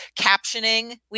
Captioning